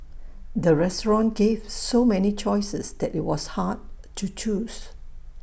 the restaurant gave so many choices that IT was hard to choose